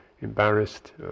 embarrassed